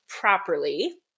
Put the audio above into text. properly